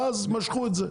ואז משכו את זה,